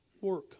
work